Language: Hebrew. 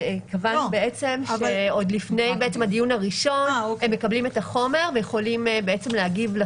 קבענו שעוד לפני הדיון הראשון הם מקבלים את החומר ויכולים להגיב.